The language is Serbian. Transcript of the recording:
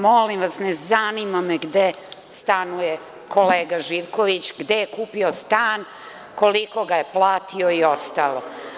Molim vas, ne zanima me gde stanuje kolega Živković, gde je kupio stan, koliko ga je platio i ostalo.